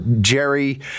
Jerry